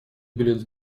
билет